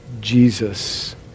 Jesus